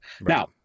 now